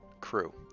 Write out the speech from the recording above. Crew